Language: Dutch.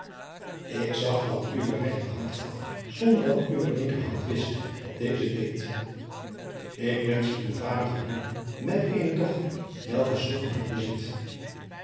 ik zag dat uwe regterhand gaf zonder dat uwe linkerhand wist wat deze deed ik wensch uw vader geluk met eene dochter welke zulk een hart bezit